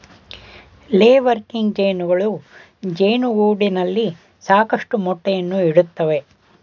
ಲೇ ವರ್ಕಿಂಗ್ ಜೇನುಗಳು ಜೇನುಗೂಡಿನಲ್ಲಿ ಸಾಕಷ್ಟು ಮೊಟ್ಟೆಯನ್ನು ಇಡುತ್ತವೆ